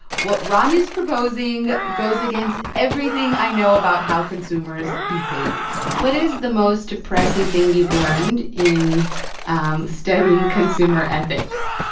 what ron is proposing goes against everything i know about how consumers behave what is the most depressing thing you've learned in um studying consumer ethics?